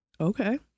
Okay